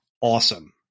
awesome